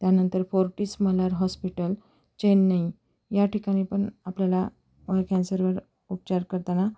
त्यानंतर Fortis Malar hospital Chennai या ठिकाणी पण आपल्याला कॅन्सरवर उपचार करताना